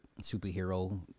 superhero